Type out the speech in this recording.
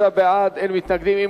53 בעד, אין מתנגדים.